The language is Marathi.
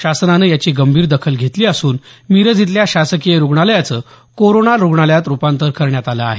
शासनानं याची गंभीर दखल घेतली असून मिरज इथल्या शासकीय रुग्णालयाचं कोरोना रुग्णालयात रुपांतर करण्यात आलं आहे